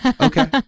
Okay